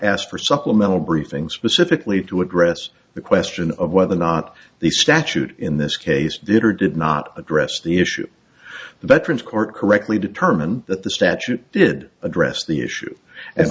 asked for supplemental briefings specifically to address the question of whether or not the statute in this case did or did not address the issue that prince court correctly determined that the statute did address the issue